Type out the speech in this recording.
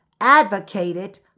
advocated